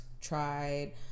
tried